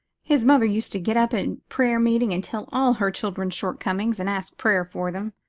his mother used to get up in prayer-meeting and tell all her children's shortcomings and ask prayers for them.